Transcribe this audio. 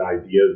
ideas